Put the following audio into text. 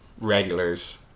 regulars